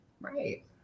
Right